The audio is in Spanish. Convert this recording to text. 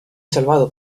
salvado